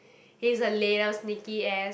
he's a little sneaky ass